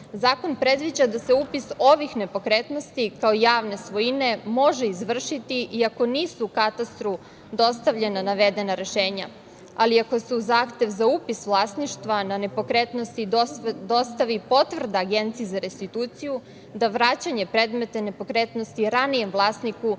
zakon predviđa da se upis ovih nepokretnosti kao javne svojine može izvršiti i ako nisu katastru dostavljena navedena rešenja, ali ako se uz zahtev za upis vlasništva na nepokretnosti dostavi potvrda agenciji za restituciju da vraćanje predmeta nepokretnosti ranijem vlasniku